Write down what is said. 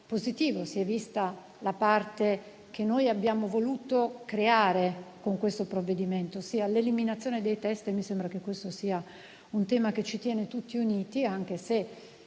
positivo: si è vista la parte che noi abbiamo voluto creare con questo provvedimento, ossia l'eliminazione dei test, e mi sembra che tale tema ci tenga tutti uniti, anche se